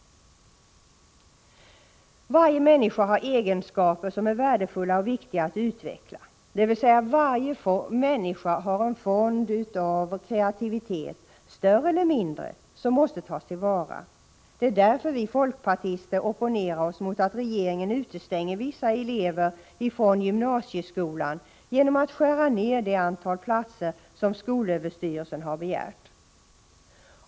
Varje människa har egenskaper som är värdefulla och viktiga att utveckla, dvs. varje människa har en fond av kreativitet, större eller mindre, som måste tas till vara. Det är därför vi folkpartister opponerar oss mot att regeringen utestänger vissa elever från gymnasieskolan genom att skära ner det antal platser som skolöverstyrelsen har begärt.